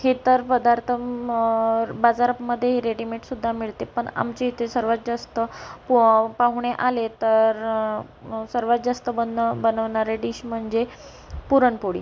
हे तर पदार्थ बाजारात मध्ये हे रेडिमेडसुद्धा मिळते पण आमच्या इथे सर्वात जास्त पो पाहुणे आले तर सर्वांत जास्त बनणं बनवणाऱ्या डिश म्हणजे पुरणपोळी